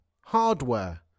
hardware